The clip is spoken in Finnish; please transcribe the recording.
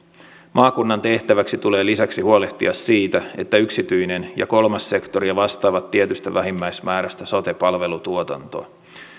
maakunnan tehtäväksi tulee lisäksi huolehtia siitä että yksityinen ja kolmas sektori vastaavat tietystä vähimmäismäärästä sote palvelutuotantoa